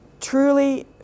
truly